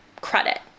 credit